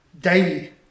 daily